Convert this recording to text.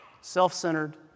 self-centered